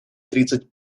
тридцать